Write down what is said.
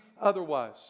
otherwise